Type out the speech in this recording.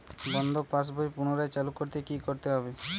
বন্ধ passbook পুনরায় চালু করতে কি করতে হবে?